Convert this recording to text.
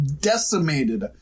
decimated